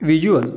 visual